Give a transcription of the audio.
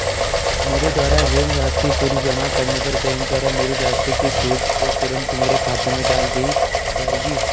मेरे द्वारा ऋण राशि पूरी जमा करने पर बैंक द्वारा मेरी राशि की छूट को तुरन्त मेरे खाते में डाल दी जायेगी?